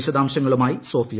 വിശദാംശങ്ങളുമായി സോഫിയ